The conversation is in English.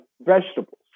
vegetables